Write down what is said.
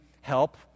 help